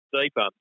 deeper